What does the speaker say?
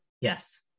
Yes